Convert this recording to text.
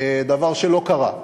דבר שלא קרה.